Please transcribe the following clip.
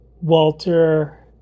Walter